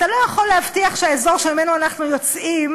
אתה לא יכול להבטיח שהאזור שממנו אנחנו יוצאים,